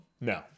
No